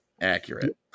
Accurate